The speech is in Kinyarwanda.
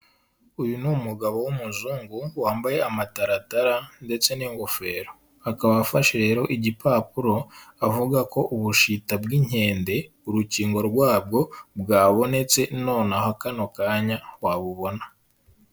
Uyu ni umugabo w'umuzungu wambaye amataratara ndetse n'ingofero, akaba afashe rero igipapuro, avuga ko ubushita bw'inkende urukingo rwabwo rwabonetse nonaha kano kanya warubona.